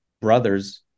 brothers